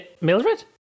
Mildred